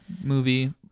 movie